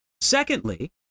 Secondly